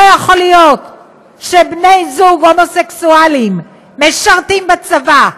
לא יכול להיות שבני זוג הומוסקסואלים משרתים בצבא,